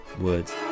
words